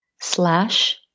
slash